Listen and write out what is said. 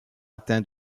atteints